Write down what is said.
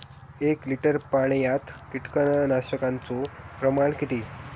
एक लिटर पाणयात कीटकनाशकाचो प्रमाण किती?